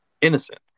Innocent